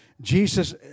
Jesus